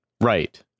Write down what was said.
Right